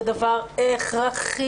זה דבר הכרחי,